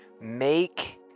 make